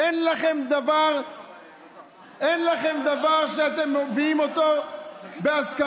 אין לכם דבר שאתם מביאים אותו בהסכמה